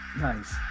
Nice